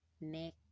neck